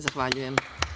Zahvaljujem.